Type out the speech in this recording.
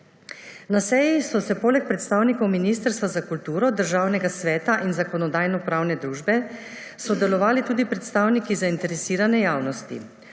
Na seji so poleg predstavnikov Ministrstva za kulturo, Državnega sveta in Zakonodajno-pravne službe sodelovali tudi predstavniki zainteresirane javnosti.